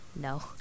No